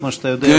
כמו שאתה יודע,